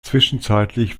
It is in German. zwischenzeitlich